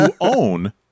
own